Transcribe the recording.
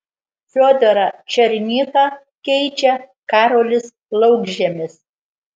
fiodorą černychą keičia karolis laukžemis